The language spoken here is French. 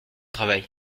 travail